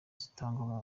zitangwa